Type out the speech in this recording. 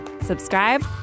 subscribe